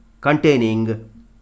containing